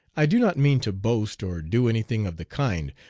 i do not mean to boast or do any thing of the kind,